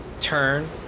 turn